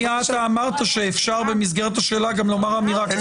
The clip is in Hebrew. לפני שנייה אתה אמרת שאפשר במסגרת השאלה גם לומר אמירה קצרה.